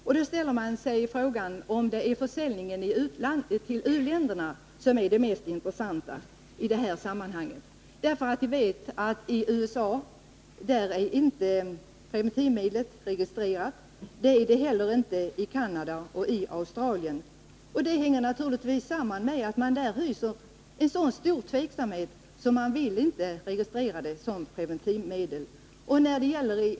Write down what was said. Man ställer sig frågan om det är försäljningen till u-länderna som är det mest intressanta i detta sammanhang. Vi vet att preventivmedlet inte är registrerat i USA och inte heller i Canada och Australien. Det hänger naturligtvis samman med att man där hyser så stor tveksamhet att man inte vill registrera det som preventivmedel.